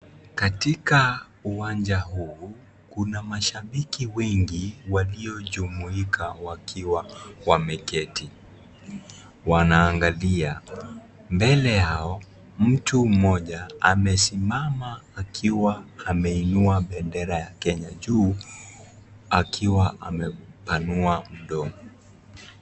Katika uwanja huu kuna mashabiki wengi walio jumuika wakiwa wameketi wanaangalia. Mbele yao, mtu mmoja amesimama akiwa ameinua bendera ya Kenya juu akiwa amepanua mdomo.